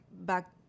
back